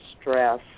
stress